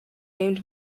named